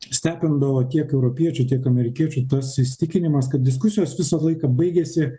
stebindavo tiek europiečių tiek amerikiečių tas įsitikinimas kad diskusijos visą laiką baigiasi